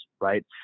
right